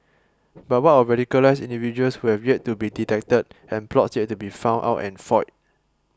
but what of radicalised individuals who have yet to be detected and plots yet to be found out and foiled